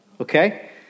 Okay